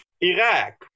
Iraq